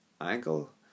ankle